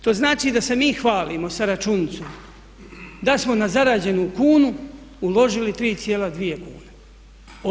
To znači da se mi hvalimo sa računicom da smo na zarađenu 1 kunu uložili 3,2 kune.